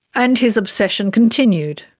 and his obsession continued.